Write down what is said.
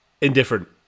Indifferent